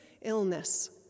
illness